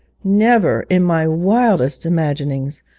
never, in my wildest imaginings,